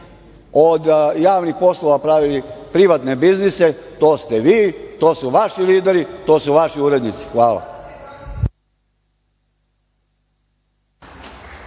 od javnih poslova pravili privatne biznise, to ste vi, to su vaši lideri, to su vaši urednici. Hvala.